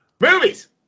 movies